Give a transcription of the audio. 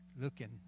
looking